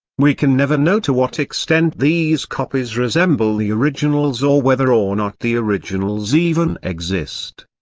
we can never know to what extent these copies resemble the originals or whether or not the originals even exist.